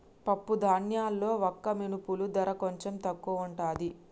పప్పు ధాన్యాల్లో వక్క మినుముల ధర కొంచెం తక్కువుంటది